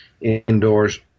indoors